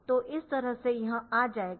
तो इस तरह से यह आ जाएगा